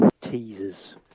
teasers